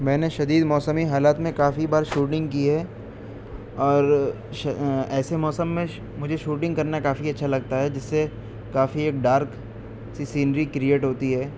میں نے شدید موسمی حالات میں کافی بار شوٹنگ کی ہے اور ایسے موسم میں مجھے شوٹنگ کرنا کافی اچھا لگتا ہے جس سے کافی ایک ڈارک سی سینری کریئیٹ ہوتی ہے